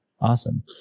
Awesome